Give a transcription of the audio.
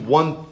one